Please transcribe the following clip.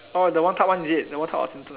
orh the one cup one is it the one cup